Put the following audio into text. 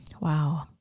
Wow